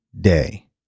day